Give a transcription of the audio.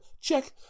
Check